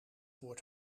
woord